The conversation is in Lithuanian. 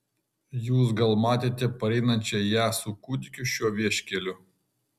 jūs gal matėte pareinančią ją su kūdikiu šiuo vieškeliu